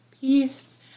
Peace